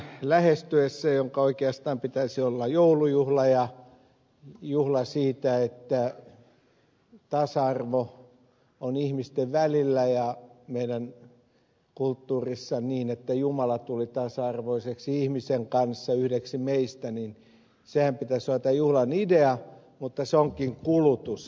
kulutusjuhla lähestyy oikeastaan sen pitäisi olla joulujuhla ja juhla siitä että tasa arvo on ihmisten välillä ja meidän kulttuurissamme niin että jumala tuli tasa arvoiseksi ihmisen kanssa ja yhdeksi meistä senhän pitäisi olla tämän juhlan idea mutta se onkin kulutus